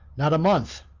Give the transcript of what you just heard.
not a month,